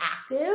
active